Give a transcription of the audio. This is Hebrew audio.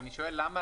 אני שואל למה